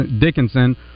Dickinson